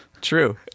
True